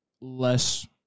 less